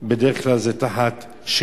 בדרך כלל זה בשכרות,